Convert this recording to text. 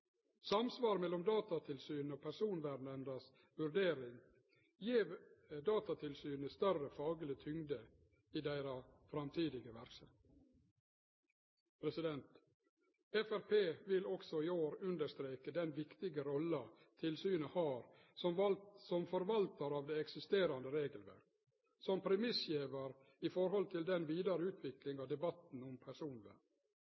Samsvar mellom Datatilsynet og Personvernnemnda sine vurderingar gjev Datatilsynet større fagleg tyngd i si framtidige verksemd. Framstegspartiet vil også i år understreke den viktige rolla tilsynet har som forvaltar av det eksisterande regelverket og som premissgjevar for den vidare